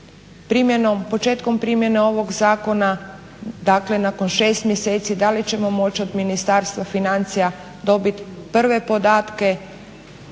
početkom primjene ovog zakona, dakle nakon šest mjeseci da li ćemo moći od Ministarstva financija dobit prve podatke